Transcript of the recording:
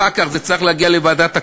אחר כך זה צריך להגיע לוועדת הכנסת,